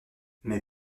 mais